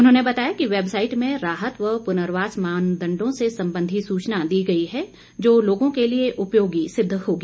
उन्होंने बताया कि वैबसाईट में राहत व पुर्नवास मानदंडों से संबंधी सूचना दी गई है जो लोगों के लिए उपयोगी सिद्ध होगी